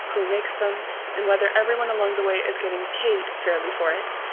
who makes them and whether everyone along the way is getting paid fairly for it,